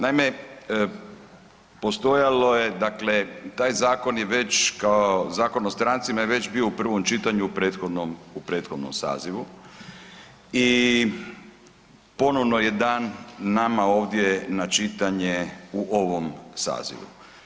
Naime, postojalo je dakle taj zakon je već kao Zakon o strancima je već bio u prvom čitanju u prethodnom, u prethodnom sazivu i ponovno je dan nama ovdje na čitanje u ovom sazivu.